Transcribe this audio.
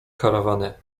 karawany